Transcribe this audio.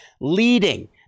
leading